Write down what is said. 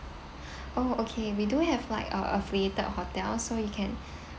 oh okay we do have like uh affiliated hotel so you can